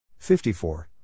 54